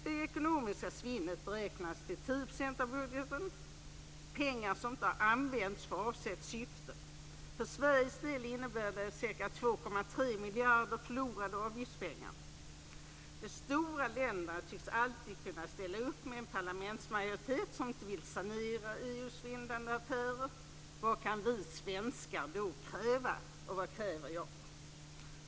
Det ekonomiska svinnet beräknas till 10 % av budgeten - pengar som inte har använts för avsett syfte. För Sveriges del innebär det ca 2,3 miljarder förlorade avgiftspengar. De stora länderna tycks alltid kunna ställa upp med en parlamentsmajoritet som inte vill sanera EU:s svindlande affärer. Vad kan vi svenskar då kräva, och vad kräver jag?